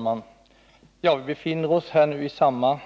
Herr talman! Vi befinner oss nu i samma